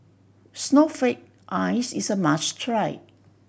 snowflake ice is a must try